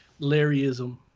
larryism